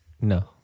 No